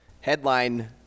Headline